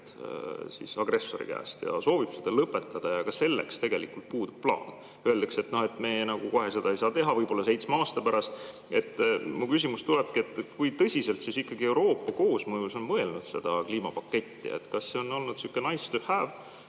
agressori käest ja soovib seda lõpetada, aga selleks tegelikult puudub plaan, öeldakse, et me kohe seda ei saa teha, võib-olla seitsme aasta pärast. Mu küsimus tulebki, et kui tõsiselt siis ikkagi Euroopa koosmõjus on mõelnud seda kliimapaketti. Kas see on olnud sihukenice to havevõi